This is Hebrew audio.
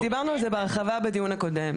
דיברנו על זה בהרחבה בדיון הקודם.